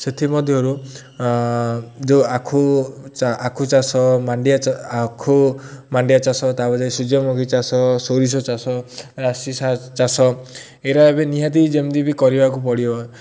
ସେଥିମଧ୍ୟରୁ ଯେଉଁ ଆଖୁ ଆଖୁ ଚାଷ ମାଣ୍ଡିଆ ଆଖୁ ମାଣ୍ଡିଆ ଚାଷ ତା'ପରେ ସୂର୍ଯ୍ୟମୁଖୀ ଚାଷ ସୋରିଷ ଚାଷ ରାଶି ଚାଷ ଏଇରା ଏବେ ନିହାତି ଯେମିତି ବି କରିବାକୁ ପଡ଼ିବ